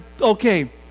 okay